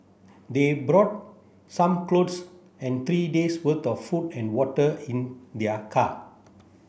they brought some clothes and three days worth of food and water in their car